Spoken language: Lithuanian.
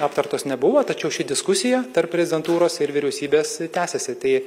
aptartos nebuvo tačiau ši diskusija tarp prezidentūros ir vyriausybės tęsėsi tai